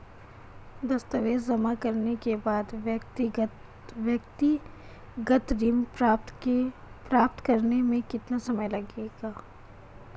दस्तावेज़ जमा करने के बाद व्यक्तिगत ऋण प्राप्त करने में कितना समय लगेगा?